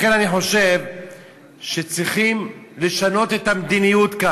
לכן אני חושב שצריך לשנות כאן את המדיניות.